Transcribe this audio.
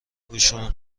اوشون